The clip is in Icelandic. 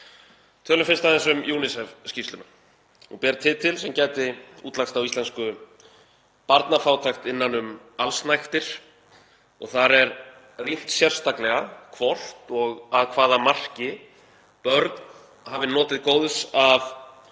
Tölum fyrst aðeins um UNICEF-skýrsluna. Hún ber titil sem gæti útlagst á íslensku: Barnafátækt innan um allsnægtir. Þar er rýnt sérstaklega hvort og að hvaða marki börn hafi notið góðs af